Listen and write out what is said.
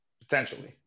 potentially